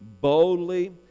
boldly